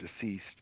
deceased